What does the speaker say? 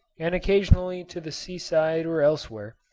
and occasionally to the seaside or elsewhere,